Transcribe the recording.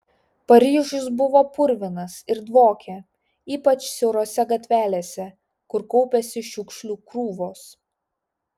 paryžius buvo purvinas ir dvokė ypač siaurose gatvelėse kur kaupėsi šiukšlių krūvos